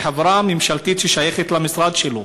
בחברה ממשלתית ששייכת למשרד שלו.